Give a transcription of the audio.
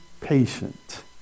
patient